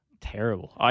terrible